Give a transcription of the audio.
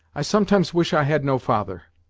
i sometimes wish i had no father!